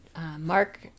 Mark